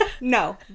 No